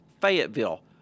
Fayetteville